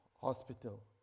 hospital